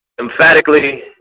emphatically